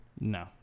No